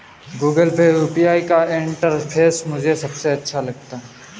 Google Pay UPI का interface मुझे सबसे अच्छा लगता है